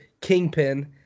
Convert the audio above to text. kingpin